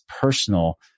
personal